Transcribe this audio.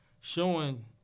showing